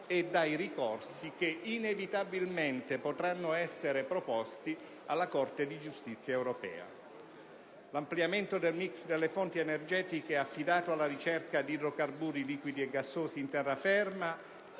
e dai ricorsi che inevitabilmente potranno essere proposti alla Corte di giustizia europea. L'ampliamento del *mix* delle fonti energetiche affidato alla ricerca di idrocarburi liquidi e gassosi in terra ferma